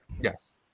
Yes